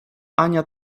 ania